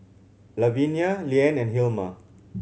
Lavinia Leann and Hilma